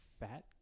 Fat